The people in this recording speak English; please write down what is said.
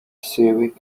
civic